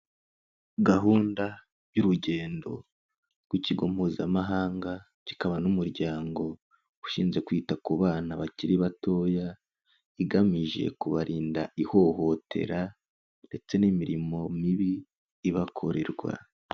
Gahunda y'urugendo rw'ikigo mpuzamahanga, kikaba n'umuryango ushinzwe kwita ku bana bakiri batoya, igamije kubarinda ihohotera ndetse n'imirimo mibi ibakorerwa.